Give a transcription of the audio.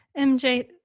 MJ